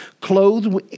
clothed